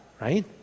right